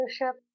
leadership